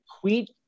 Tweet